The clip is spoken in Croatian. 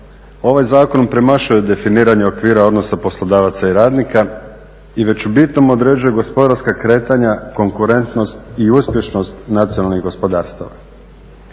ovaj zakon premašuje definiranje okvira odnosa poslodavaca i radnika i već u bitnom određuje gospodarska kretanja, konkurentnost i uspješnost nacionalnih gospodarstava.